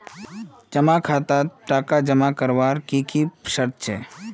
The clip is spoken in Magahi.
जमा खातात टका जमा करवार की की शर्त छे?